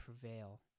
prevail